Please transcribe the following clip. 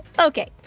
Okay